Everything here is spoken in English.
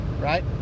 Right